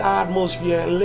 atmosphere